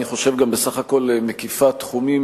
ואני חושב שבסך הכול היא גם מקיפה תחומים